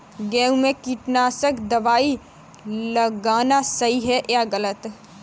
गेहूँ में कीटनाशक दबाई लगाना सही है या गलत?